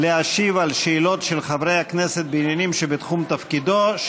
להשיב על שאלות של חברי הכנסת בעניינים שבתחום תפקידו,